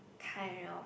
kind of